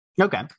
Okay